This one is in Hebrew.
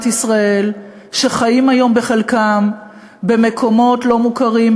ישראל שחיים היום בחלקם במקומות לא מוכרים,